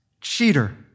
cheater